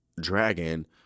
Dragon